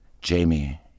Jamie